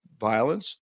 violence